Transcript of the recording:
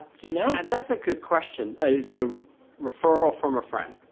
do you know? and that's a good question. as a referral from a friend.